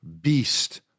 beast